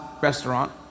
restaurant